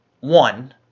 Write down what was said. One